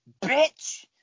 bitch